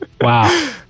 wow